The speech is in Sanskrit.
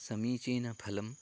समीचीनफलम्